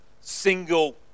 single